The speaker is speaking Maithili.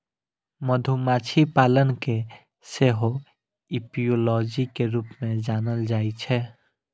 मधुमाछी पालन कें सेहो एपियोलॉजी के रूप मे जानल जाइ छै